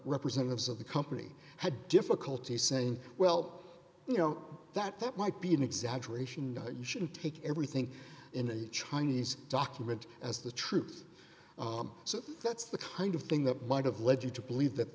representatives of the company had difficulty saying well you know that that might be an exaggeration you shouldn't take everything in a chinese document as the truth so that's the kind of thing that might have led you to believe that